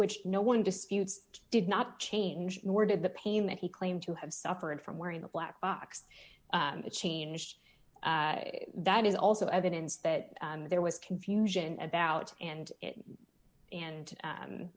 which no one disputes did not change nor did the pain that he claimed to have suffered from wearing the black box changed that is also evidence that there was confusion about and and